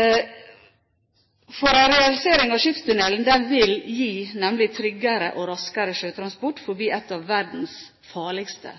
En realisering av skipstunnelen vil gi tryggere og raskere sjøtransport forbi et av verdens farligste